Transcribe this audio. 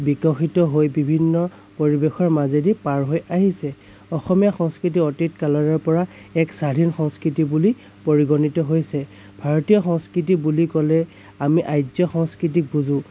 বিকশিত হৈ বিভিন্ন পৰিৱেশৰ মাজেদি পাৰ হৈ আহিছে অসমীয়া সংস্কৃতি অতীত কালৰেপৰা এক স্বাধীন সংস্কৃতি বুলি পৰিগণিত হৈছে ভাৰতীয় সংস্কৃতি বুলি ক'লে আমি আৰ্য্য সংস্কৃতিক বুজো